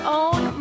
own